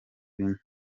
b’imana